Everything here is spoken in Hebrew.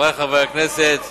חברי חברי הכנסת,